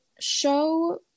show